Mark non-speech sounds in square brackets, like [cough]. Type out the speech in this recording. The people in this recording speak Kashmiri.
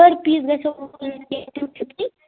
[unintelligible]